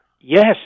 Yes